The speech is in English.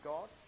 God